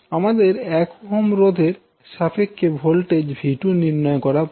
আমাদের 1Ω রোধের সাপেক্ষে ভোল্টেজ 𝛎2 নির্ণয় করা প্রয়োজন